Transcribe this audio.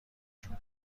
جون